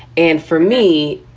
and for me,